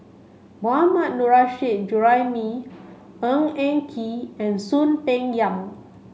Mohammad Nurrasyid Juraimi Ng Eng Kee and Soon Peng Yam